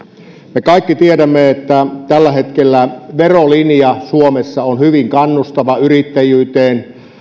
me kaikki tiedämme että tällä hetkellä verolinja suomessa on hyvin kannustava yrittäjyyteen